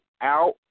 out